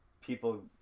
people